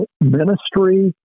ministry